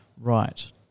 Right